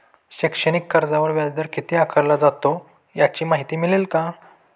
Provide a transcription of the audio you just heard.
शैक्षणिक कर्जावर व्याजदर किती आकारला जातो? याची माहिती मिळेल का?